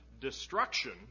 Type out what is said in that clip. destruction